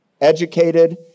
educated